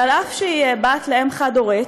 שאף שהיא בת לאם חד-הורית,